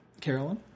Carolyn